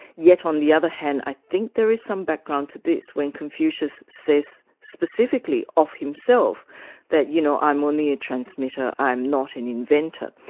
yet on the other hand i think there is some background to this when confucius says specifically of himself that you know, i'm only a transmitter, i'm not an inventor',